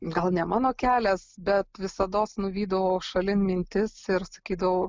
gal ne mano kelias bet visados nuvydavau šalin mintis ir sakydavau